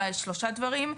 אולי שלושה דברים.